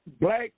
black